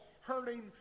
hurting